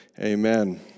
Amen